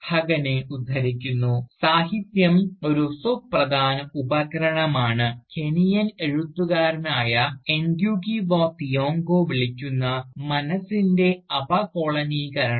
ഹഗ്ഗനെ ഉദ്ധരിക്കുന്നു "സാഹിത്യം ഒരു സുപ്രധാന ഉപകരണമാണ് കെനിയൻ എഴുത്തുകാരനായ Ngugi wa Thiongo Ngugi Wa Thiongo വിളിക്കുന്ന മനസ്സിൻറെ അപകോളനീകരണം